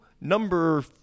number